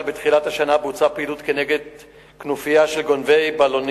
לפי אחד התושבים נמסרו למשטרה מספרי כלי רכב שמהם יצאו גנבי בלונים.